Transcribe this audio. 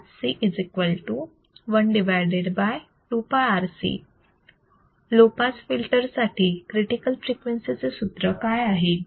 fc 1 2πRC low pass filter साठी critical frequency चे सूत्र काय आहे